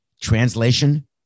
Translation